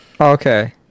Okay